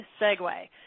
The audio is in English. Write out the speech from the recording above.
segue